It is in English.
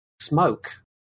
smoke